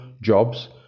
jobs